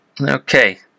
Okay